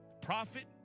prophet